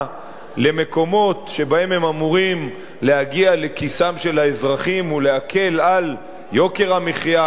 למקומות שבהם הם אמורים להגיע לכיסם של האזרחים ולהקל על יוקר המחיה,